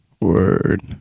Word